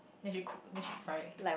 then she cook then she fry